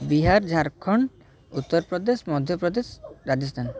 Bihar Jharkhand Uttar Pradesh Madhya Pradesh Rajasthan